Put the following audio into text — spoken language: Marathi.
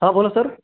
हां बोला सर